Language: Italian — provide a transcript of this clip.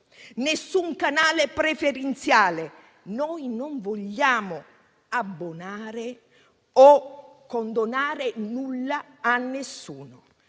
nessun canale preferenziale. Noi non vogliamo abbonare o condonare nulla a nessuno.